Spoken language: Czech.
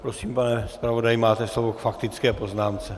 Prosím, pane zpravodaji, máte slovo k faktické poznámce.